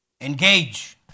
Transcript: engage